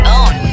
own